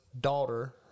daughter